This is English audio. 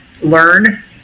learn